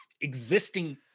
existing